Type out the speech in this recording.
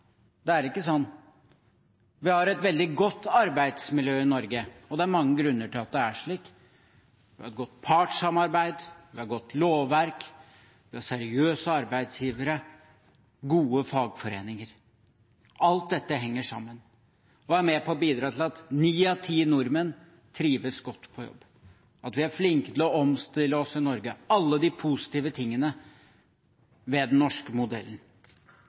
Det er ikke sånn. Vi har et veldig godt arbeidsmiljø i Norge, og det er mange grunner til at det er slik. Vi har et godt partssamarbeid, vi har et godt lovverk, vi har seriøse arbeidsgivere og gode fagforeninger. Alt dette henger sammen og er med på å bidra til at ni av ti nordmenn trives godt på jobb, og til at vi er flinke til å omstille oss i Norge – alle de positive tingene ved den norske modellen.